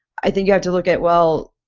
i think you have to look at, well,